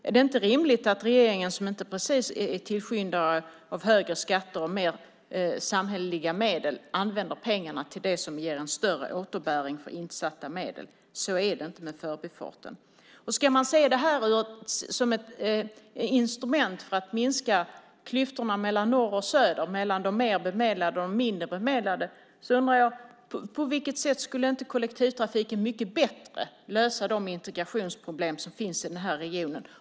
Är det inte rimligt att regeringen som inte precis är tillskyndare av högre skatter och mer samhälleliga medel använder pengarna till det som ger en större återbäring för insatta medel? Så är det inte med förbifarten. Ska man se det som ett instrument för att minska klyftorna mellan norr och söder, mellan de mer bemedlade och de mindre bemedlade? På vilket sätt skulle inte kollektivtrafiken mycket bättre lösa de integrationsproblem som finns i regionen?